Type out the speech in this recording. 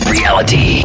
Reality